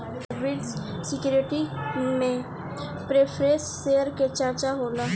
hybrid security में preference share के चर्चा होला